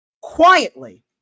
Quietly